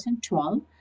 2012